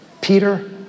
Peter